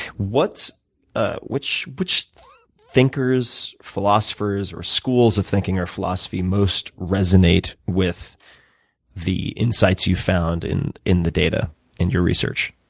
ah which which thinkers, philosophers or schools of thinking or philosophy most resonate with the insights you've found in in the data and your research?